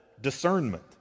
discernment